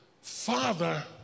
Father